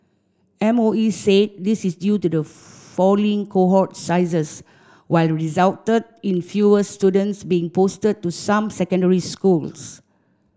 MOE said this is due to falling cohort sizes which resulted in fewer students being posted to some secondary schools